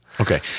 Okay